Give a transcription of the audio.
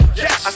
yes